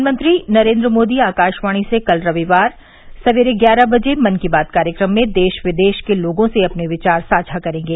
प्रधानमंत्री नरेन्द्र मोदी आकाशवाणी से कल रविवार सवेरे ग्यारह बजे मन की बात कार्यक्रम में देश विदेश के लोगों से अपने विचार साझा करेंगे